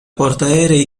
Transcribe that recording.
portaerei